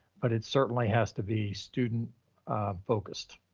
but it certainly has to be student focused.